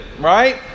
right